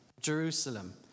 Jerusalem